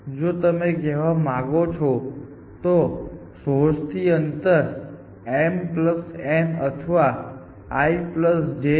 જો તમે કહેવા માંગો છો તો સોંર્સ થી અંતર m n અથવા i j છે